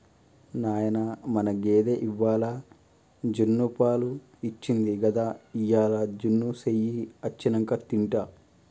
నాయనా మన గేదె ఇవ్వాల జున్నుపాలు ఇచ్చింది గదా ఇయ్యాల జున్ను సెయ్యి అచ్చినంక తింటా